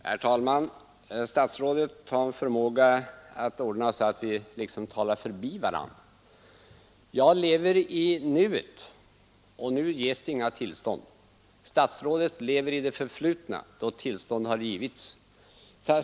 Herr talman! Statsrådet har en förmåga att ordna så att vi talar förbi varandra. Jag lever i nuet och nu ges inga tillstånd, statsrådet lever i det förflutna då tillstånd gavs.